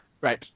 Right